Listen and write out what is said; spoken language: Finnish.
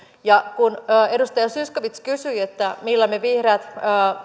ja kun edustaja zyskowicz kysyi millä me vihreät